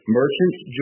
merchant's